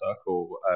circle